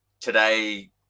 today